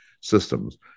systems